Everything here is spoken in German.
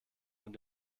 und